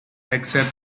except